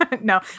No